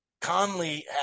Conley